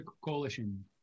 Coalition